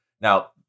now